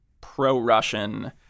pro-Russian